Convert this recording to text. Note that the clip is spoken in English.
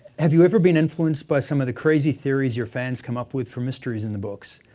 have you ever been influenced by some of the crazy theories your fans come up with for mysteries in the books?